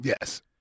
Yes